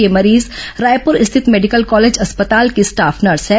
यह मरीज रायपुर स्थित मेडिकल कॉलेज अस्पताल की स्टाफ नर्स है